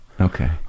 okay